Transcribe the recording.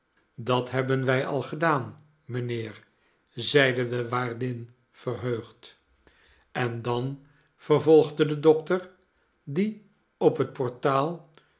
dat hebben wij al gedaan mijnheer zeide de waardin verheugd en dan vervolgde de dokter die op het portaal